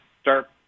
start